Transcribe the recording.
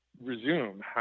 resume